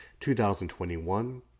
2021